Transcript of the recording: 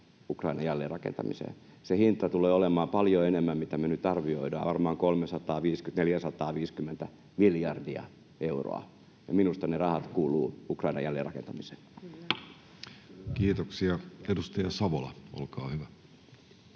Ukrainan jälleenrakentamiseen. Se hinta tulee olemaan paljon enemmän, mitä me nyt arvioidaan, varmaan 350—450 miljardia euroa, ja minusta ne rahat kuuluvat Ukrainan jälleenrakentamiseen. Kiitoksia. — Edustaja Savola, olkaa hyvä.